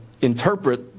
interpret